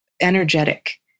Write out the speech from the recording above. energetic